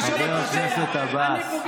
חבר הכנסת עבאס.